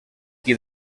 qui